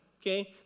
Okay